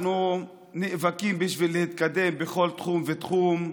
אנחנו נאבקים בשביל להתקדם בכל תחום ותחום,